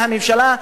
והממשלה,